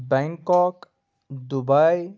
Bangkok Dubai